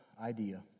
idea